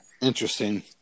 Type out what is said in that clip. interesting